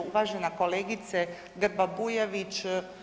Uvažena kolegice Grba-Bujević.